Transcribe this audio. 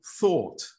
thought